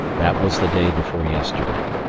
that was the day before yesterday.